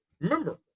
Remember